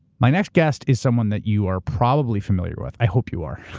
my next guest is someone that you are probably familiar with. i hope you are,